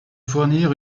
fournir